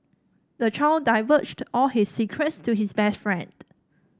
the child divulged all his secrets to his best friend